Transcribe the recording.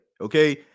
Okay